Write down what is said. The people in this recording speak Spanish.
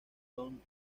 don